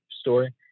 story